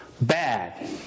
bad